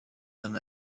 than